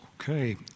Okay